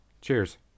Cheers